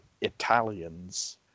Italians